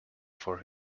for